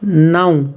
نَو